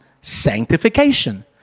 sanctification